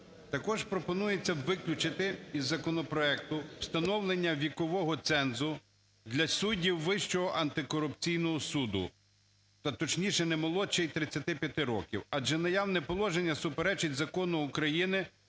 Також пропонується виключити із законопроекту встановлення вікового цензу для суддів Вищого антикорупційного суду, точніше, не молодше 35 років. Адже наявне положення суперечить Закону України